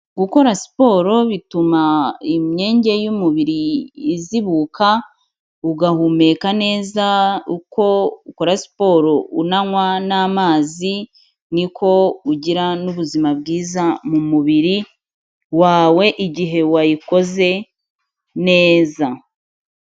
Gukora siporo bituma imyenge y'umubiri izibuka, ugahumeka neza uko ukora siporo unanywa n'amazi, niko ugira n'ubuzima bwiza mu mubiri wawe igihe wayikoze neza.